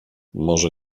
może